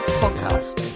podcast